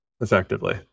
effectively